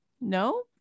no